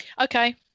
Okay